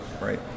right